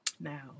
Now